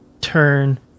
turn